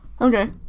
Okay